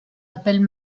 appelle